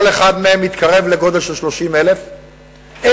כל אחד מהם מתקרב לגודל של 30,000 תושבים,